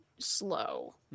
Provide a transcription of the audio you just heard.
slow